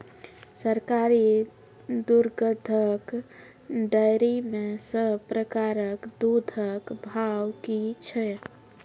सरकारी दुग्धक डेयरी मे सब प्रकारक दूधक भाव की छै?